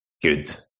good